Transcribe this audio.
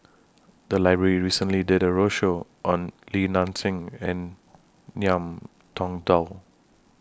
The Library recently did A roadshow on Li Nanxing and Ngiam Tong Dow